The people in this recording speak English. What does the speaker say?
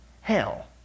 hell